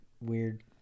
weird